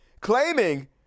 claiming